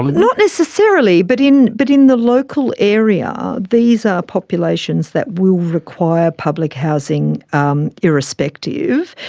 um and not necessarily, but in but in the local area these are populations that will require public housing um irrespective,